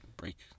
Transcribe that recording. Break